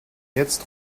jetzt